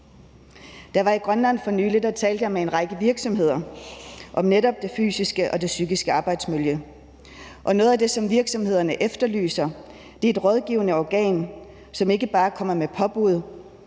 Da jeg var i Grønland for nylig, talte jeg med en række virksomheder om netop det fysiske og det psykiske arbejdsmiljø, og noget af det, som virksomhederne efterlyser, er et rådgivende organ, som ikke bare kommer med påbud